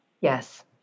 Yes